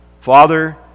Father